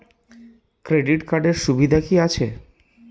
Credit কার্ডের সুবিধা কি আছে?